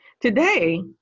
Today